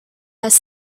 has